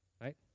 right